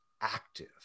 active